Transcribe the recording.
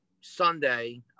Sunday